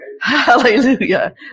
Hallelujah